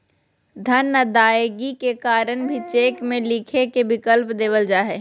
धन अदायगी के कारण भी चेक में लिखे के विकल्प देवल जा हइ